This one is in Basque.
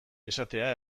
esatea